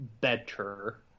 better